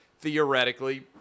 theoretically